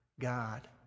God